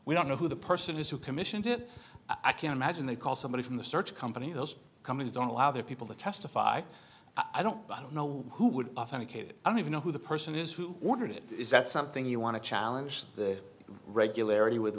we don't know who the person is who commissioned it i can imagine they call somebody from the search company those companies don't allow their people to testify i don't know who would authenticated and even know who the person is who ordered it is that something you want to challenge the regularity with